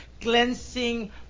cleansing